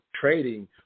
trading